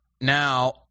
now